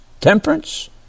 temperance